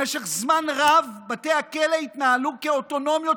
במשך זמן רב בתי הכלא התנהלו כאוטונומיות,